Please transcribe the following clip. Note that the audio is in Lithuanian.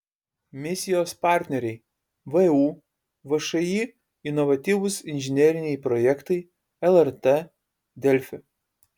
misijos partneriai vu všį inovatyvūs inžineriniai projektai lrt delfi